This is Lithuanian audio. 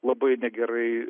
labai negerai